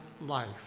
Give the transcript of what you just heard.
life